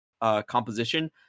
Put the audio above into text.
composition